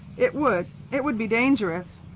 it would it would be dangerous.